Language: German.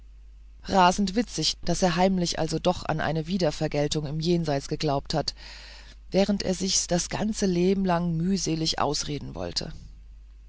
rasend witzig daß er heimlich also doch an eine wiedervergeltung im jenseits geglaubt hat während er sich's das ganze leben lang mühselig ausreden wollte